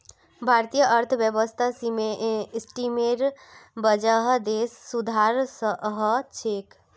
भारतीय अर्थव्यवस्था सिस्टमेर वजह देशत सुधार ह छेक